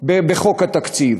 בחוק התקציב,